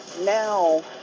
now